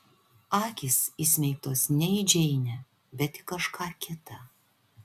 akys įsmeigtos ne į džeinę bet į kažką kitą